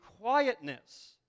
quietness